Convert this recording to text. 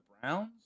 Browns